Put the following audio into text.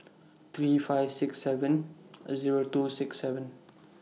three five six seven Zero two six seven